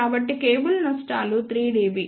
కాబట్టి కేబుల్ నష్టాలు 3 dB